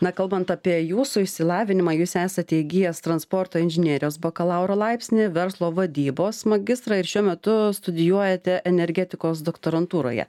na kalbant apie jūsų išsilavinimą jūs esate įgijęs transporto inžinerijos bakalauro laipsnį verslo vadybos magistrą ir šiuo metu studijuojate energetikos doktorantūroje